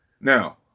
Now